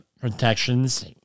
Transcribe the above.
protections